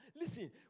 Listen